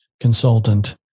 consultant